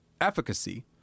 efficacy